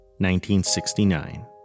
1969